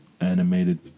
animated